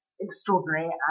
extraordinary